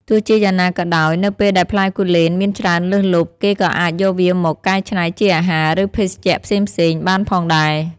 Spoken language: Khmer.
ទោះជាយ៉ាងណាក៏ដោយ នៅពេលដែលផ្លែគូលែនមានច្រើនលើសលប់ គេក៏អាចយកវាមក កែច្នៃជាអាហារ ឬភេសជ្ជៈផ្សេងៗ បានផងដែរ។